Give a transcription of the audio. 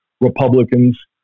Republicans